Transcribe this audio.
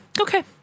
okay